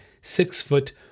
six-foot